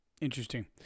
interesting